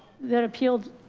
that appealed,